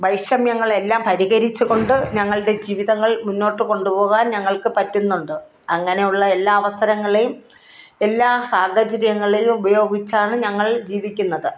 വൈഷമ്യങ്ങളെല്ലാം പരിഹരിച്ചുകൊണ്ട് ഞങ്ങളുടെ ജീവിതങ്ങൾ മുന്നോട്ട് കൊണ്ടുപോകാൻ ഞങ്ങൾക്ക് പറ്റുന്നുണ്ട് അങ്ങനെ ഉള്ള എല്ലാ അവസരങ്ങളേയും എല്ലാ സാഹചര്യങ്ങളിൽ ഉപയോഗിച്ചാണ് ഞങ്ങൾ ജീവിക്കുന്നത്